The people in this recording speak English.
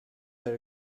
are